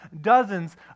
dozens